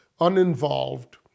uninvolved